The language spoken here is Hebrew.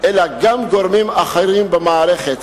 אלא גם גורמים אחרים במערכת,